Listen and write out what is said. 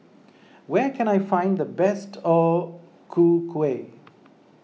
where can I find the best O Ku Kueh